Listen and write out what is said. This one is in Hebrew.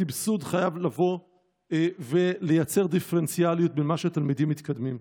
הסבסוד חייב לבוא ולייצר דיפרנציאליות במה שהתלמידים מתקדמים.